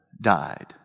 died